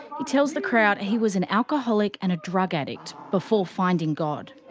he tells the crowd and he was an alcoholic and a drug addict, before finding god.